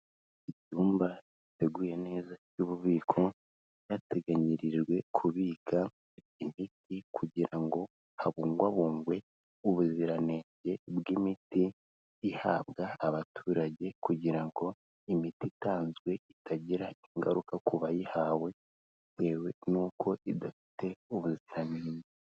Icyumba giteguye neza cy'ububiko, cyateganyirijwe kubika imiti kugira ngo habungwabungwe ubuziranenge bw'imiti, ihabwa abaturage kugira ngo imiti itanzwe itagira ingaruka ku bayihawe bitewe n'uko idafite ubuziranenge.